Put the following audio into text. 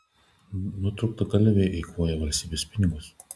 nutrūktgalviai eikvoja valstybės pinigus